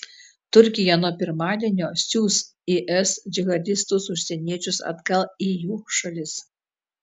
turkija nuo pirmadienio siųs is džihadistus užsieniečius atgal į jų šalis